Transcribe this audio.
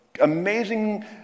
amazing